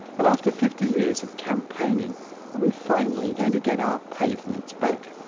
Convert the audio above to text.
um after fifty years of campaigning, are we finally going to get our pavements back?